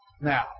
now